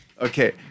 Okay